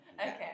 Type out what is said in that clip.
Okay